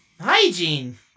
hygiene